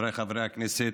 חבריי חברי הכנסת,